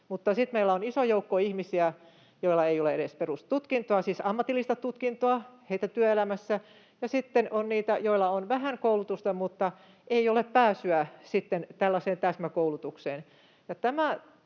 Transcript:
työelämässä iso joukko ihmisiä, joilla ei ole edes perustutkintoa, siis ammatillista tutkintoa, ja sitten on niitä, joilla on vähän koulutusta mutta ei ole pääsyä tällaiseen